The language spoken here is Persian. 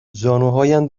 زانوهایم